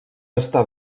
estar